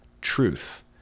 truth